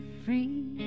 free